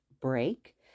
break